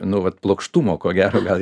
nu vat plokštumo ko gero gal